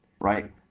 right